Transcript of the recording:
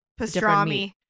Pastrami